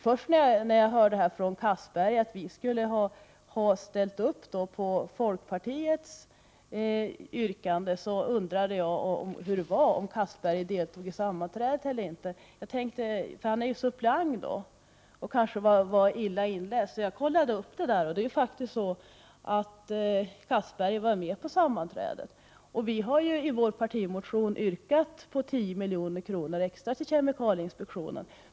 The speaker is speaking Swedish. När jag först fick höra Castberger hävda att vi i miljöpartiet skulle ha ställt upp på folkpartiets yrkande, undrade jag om Castberger hade deltagit i sammanträdet eller inte. Han är ju suppleant och kanske illa inläst på ämnet. Jag kontrollerade saken, och Castberger var faktiskt med på sammanträdet. Vi har i vår partimotion yrkat på 10 milj.kr. extra till kemikalieinspektionen.